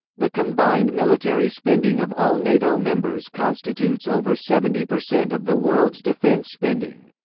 the combined military spending of all nato members constitutes over seventy percent of the world's defence spending.